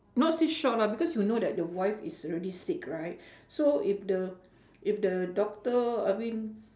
not say shock lah because you know that the wife is already sick right so if the if the doctor I mean